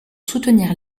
soutenir